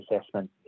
assessment